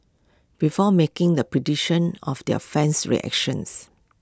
before making the prediction of their fan's reactions